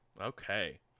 Okay